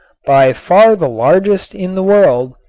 by far the largest in the world,